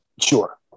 Sure